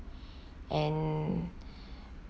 and